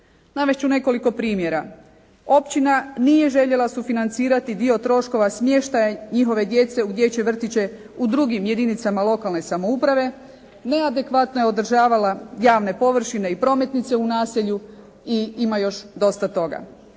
Navest ću nekoliko primjera. Općina nije željela sufinancirati dio troškova smještaja njihove djece u dječje vrtiće u drugim jedinicama lokalne samouprave, neadekvatno je održavala javne površine i prometnice u naselju i ima još dosta toga.